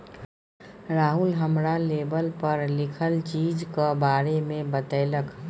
राहुल हमरा लेवल पर लिखल चीजक बारे मे बतेलक